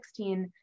2016